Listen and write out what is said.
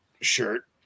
shirt